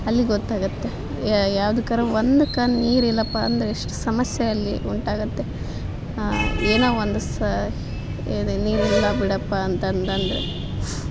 ಅಲ್ಲಿ ಗೊತ್ತಾಗುತ್ತೆ ಯಾವ್ದುಕ್ಕಾರೂ ಒಂದಕ್ಕೆ ನೀರಿಲ್ಲಪ್ಪ ಅಂದರೆ ಎಷ್ಟು ಸಮಸ್ಯೆ ಅಲ್ಲಿ ಉಂಟಾಗುತ್ತೆ ಏನೋ ಒಂದು ಸ ಇದು ನೀರಿಲ್ಲ ಬಿಡಪ್ಪ ಅಂತಂದು ಅಂದರೆ